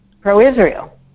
pro-Israel